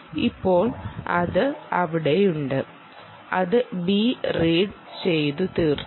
ഇപ്പോൾ അത് അവിടെയുണ്ട് അത് B റീഡ് ചെയ്തു തീർത്തു